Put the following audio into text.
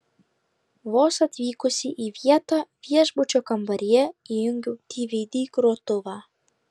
vos atvykusi į vietą viešbučio kambaryje įjungiau dvd grotuvą